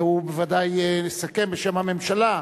והוא בוודאי יסכם בשם הממשלה,